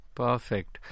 perfect